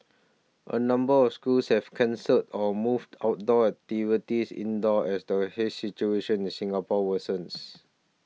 a number of schools have cancelled or moved outdoor activities indoors as the haze situation in Singapore worsens